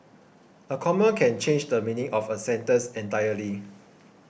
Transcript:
a comma can change the meaning of a sentence entirely